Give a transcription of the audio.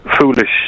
foolish